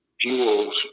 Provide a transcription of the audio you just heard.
fuels